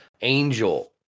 angel